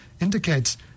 indicates